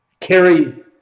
carry